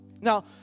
Now